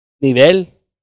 nivel